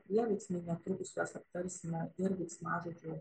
prieveiksmiai netrukus juos aptarsime ir veiksmažodžių